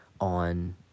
on